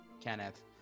Kenneth